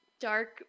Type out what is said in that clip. dark